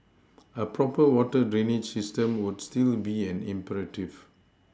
a proper water drainage system would still be an imperative